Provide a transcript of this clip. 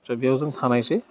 फ्राय बेयाव जों थानायसै